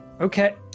Okay